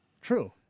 True